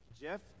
Jeff